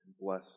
bless